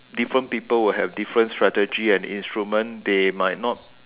different people will have different strategy and instrument they might not